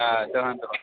آ دٔہن دۄہن